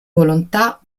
volontà